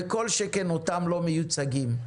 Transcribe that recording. וכל שכן אותם לא מיוצגים.